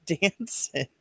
dancing